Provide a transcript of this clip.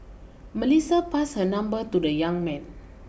Melissa passed her number to the young man